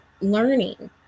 learning